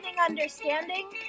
Understanding